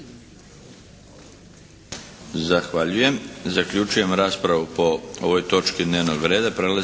Zahvaljujem. Zaključujem raspravu po ovoj točki dnevnog reda.